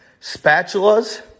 spatulas